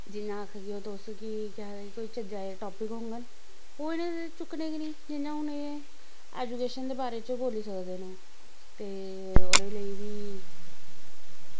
जि'यां आखगेओ तुस कि केह् आखदे कोई चज्जा दे टॉपिक होङन ओह् इ'नें चुक्कने गै निं जि'यां हून एह् एजुकेशन दे बारे च बोली सकदे न ते ओह्दे लेई बी